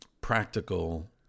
practical